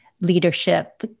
leadership